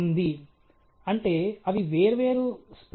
మరోవైపు గాలి యొక్క సాపేక్ష ఆర్ద్రతనుని నేను మోడల్ చేయాలనుకుంటున్నాను